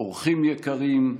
אורחים יקרים,